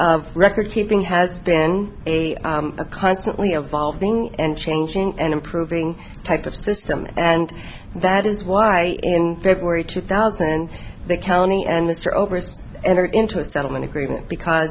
of record keeping has been a constantly evolving and changing and improving type of system and that is why in february two thousand the county and mr over entered into a settlement agreement because